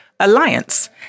Alliance